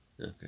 Okay